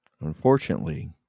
Unfortunately